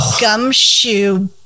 gumshoe